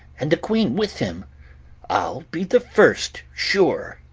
and the queene with him ile be the first sure